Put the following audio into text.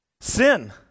Sin